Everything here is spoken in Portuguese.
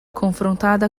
confrontada